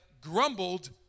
grumbled